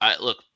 Look